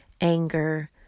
anger